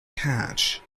catch